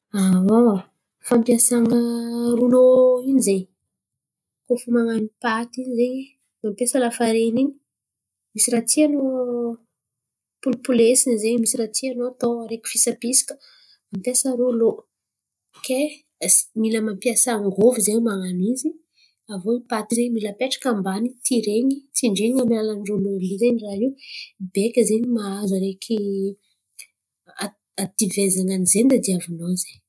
Aon, mampiasan̈a rolô io zen̈y koa fa man̈ano paty in̈y zen̈y mampiasa lafariny in̈y misy raha tianô polipolesin̈y zen̈y. Misy raha tianô atô araiky fisapisaka mampiasa rolô ke mila mampiasa angovo zen̈y man̈ano izy. Aviô paty in̈y mila apetraka ambany tiren̈y tindren̈y amin’ny alalan’ny rolô in̈y zen̈y raha io beka zen̈y mahazo araiky ativezany zay tadiavinô zen̈y.